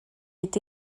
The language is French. est